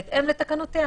בהתאם להתקנותיה.